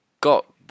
Got